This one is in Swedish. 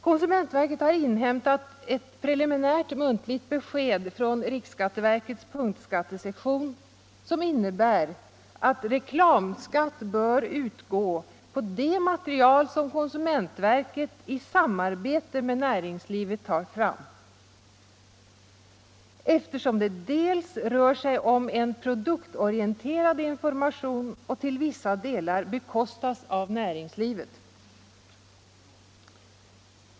Konsumentverket har inhämtat ett preliminärt muntligt besked från riksskatteverkets punktskattesektion, som innebär att reklamskatt bör utgå på det material som konsumentverket i samarbete med näringslivet tar fram, eftersom det rör sig om produktorienterad information och denna till vissa delar bekostas av näringslivet.